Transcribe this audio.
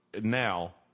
now